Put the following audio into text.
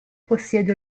possiede